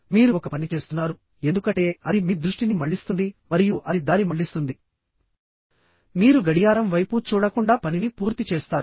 మీరు ఒక పని చేస్తున్నారు ఎందుకంటే అది మీ దృష్టిని మళ్లిస్తుంది మరియు అది దారి మళ్లిస్తుంది మీరు గడియారం వైపు చూడకుండా పనిని పూర్తి చేస్తారు